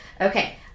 Okay